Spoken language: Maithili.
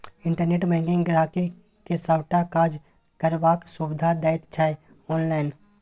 इंटरनेट बैंकिंग गांहिकी के सबटा काज करबाक सुविधा दैत छै आनलाइन